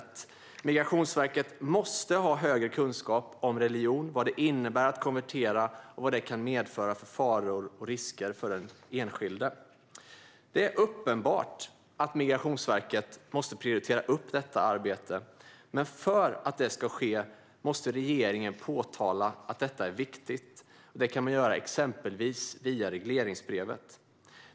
Man måste på Migrationsverket ha större kunskap om religion, vad det innebär att konvertera och vad det kan medföra för faror och risker för den enskilde. Det är uppenbart att Migrationsverket måste prioritera det arbetet, men för att det ska ske måste regeringen påpeka att detta är viktigt. Det kan ske exempelvis via regleringsbrevet.